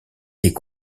est